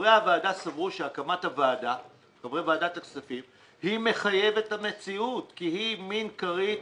חברי ועדת הכספים סברו שהקמת הוועדה היא מחויבת המציאות כי היא מין כרית